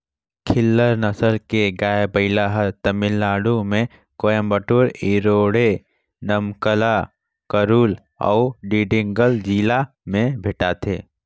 खिल्लार नसल के गाय, बइला हर तमिलनाडु में कोयम्बटूर, इरोडे, नमक्कल, करूल अउ डिंडिगल जिला में भेंटाथे